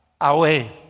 away